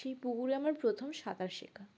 সেই পুকুরে আমার প্রথম সাঁতার শেখা